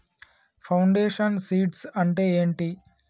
Foundation seeds అంటే ఏంటి?